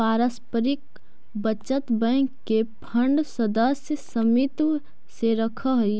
पारस्परिक बचत बैंक के फंड सदस्य समित्व से रखऽ हइ